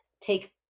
take